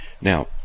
Now